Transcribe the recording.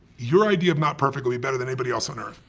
your idea of not perfect would be better than anybody else on earth.